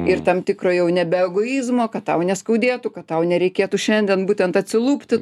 ir tam tikro jau nebe egoizmo kad tau neskaudėtų kad tau nereikėtų šiandien būtent atsilupti